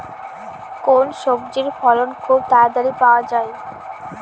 কোন সবজির ফলন খুব তাড়াতাড়ি পাওয়া যায়?